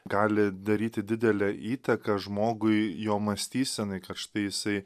gali daryti didelę įtaką žmogui jo mąstysenai kad štai jisai